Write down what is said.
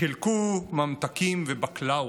חילקו ממתקים ובקלאוות,